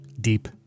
deep